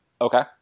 Okay